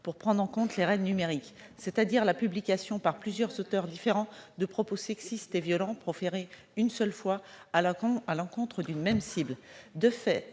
pour prendre en compte les « raids numériques », c'est-à-dire la publication par plusieurs auteurs différents de propos sexistes et violents proférés une seule fois à l'encontre d'une même cible.